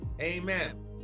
Amen